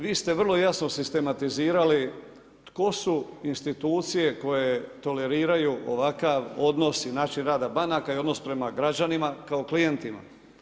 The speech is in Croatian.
Vi ste vrlo jasno sistematizirali, tko su institucije, koje toleriraju ovakav odnos i naših rada banaka i odnos prema građanima, kao klijentima.